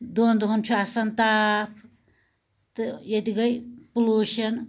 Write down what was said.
دۄن دۄہن چھُ آسان تاپھ تہٕ ییٚتہِ گٔے پوٚلوشَن